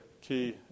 key